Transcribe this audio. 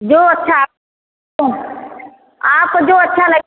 जो अच्छा आपको जो अच्छा लगे